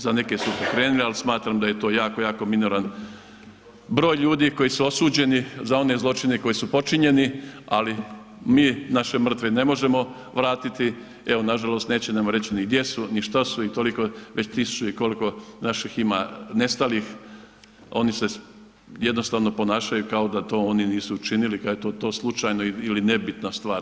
Za neke su pokrenuli, ali smatram da je to jako, jako minoran broj ljudi koji su osuđeni za one zločine koji su počinjeni, ali mi naše mrtve ne možemo vratiti, evo, nažalost neće nam reći ni gdje su ni što su i toliko već tisuću i koliko naših ima nestalih, oni se jednostavno ponašaju kao da to oni nisu činili, da je to slučajno ili nebitna stvar.